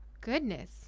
goodness